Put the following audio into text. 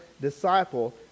disciple